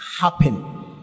happen